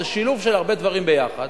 זה שילוב של הרבה דברים ביחד,